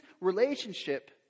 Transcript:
relationship